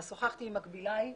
שוחחתי עם מקביליי,